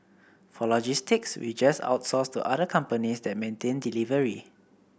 for logistics we just outsource to other companies that maintain delivery